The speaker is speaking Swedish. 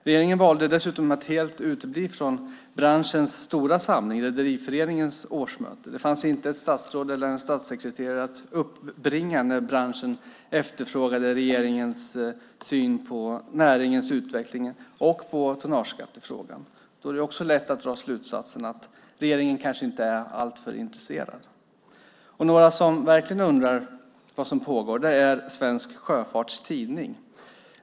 Regeringen valde dessutom att helt utebli från branschens stora samling, Rederiföreningens årsmöte. Det fanns inte ett statsråd eller en statssekreterare att uppbringa när branschen efterfrågade regeringens syn på näringens utveckling och tonnageskattefrågan. Då är det lätt att dra slutsatsen att regeringen kanske inte är alltför intresserad. Några som verkligen undrar vad som pågår är Svensk Sjöfarts Tidning.